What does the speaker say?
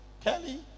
Kelly